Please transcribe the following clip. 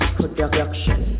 production